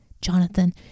Jonathan